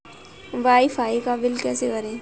Wi fi का bill कैसे भरें?